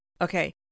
Okay